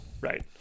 Right